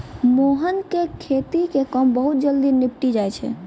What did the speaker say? मोहन के खेती के काम बहुत जल्दी निपटी जाय छै